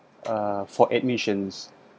uh for admissions